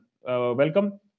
Welcome